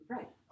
Right